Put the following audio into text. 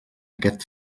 aquest